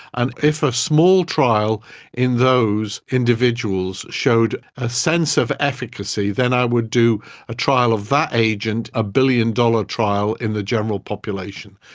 and if a small trial in those individuals showed a sense of efficacy, then i would do a trial of that agent, a billion-dollar trial in the general population,